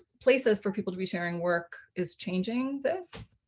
places for people to be sharing work is changing this